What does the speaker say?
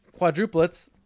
quadruplets